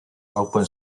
open